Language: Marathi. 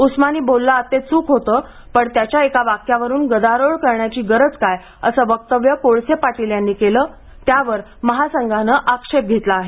उस्मानी बोलला ते चूक होते पण त्याच्या एका वाक्यावरून गदारोळ करण्याची काय गरज असे वक्तव्य कोळसे पाटील यांनी केले होते त्यावर महासंघानं आक्षेप घेतला आहे